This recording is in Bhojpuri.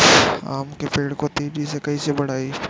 आम के पेड़ को तेजी से कईसे बढ़ाई?